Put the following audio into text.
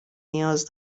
نیاز